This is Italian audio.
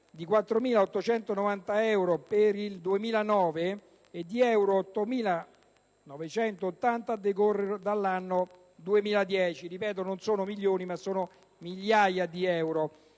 di 4.890 euro per il 2009 e di euro 8.980 a decorrere dall'anno 2010 ‑ non sono milioni, ma migliaia di euro